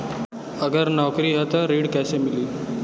अगर नौकरी ह त ऋण कैसे मिली?